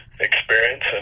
experience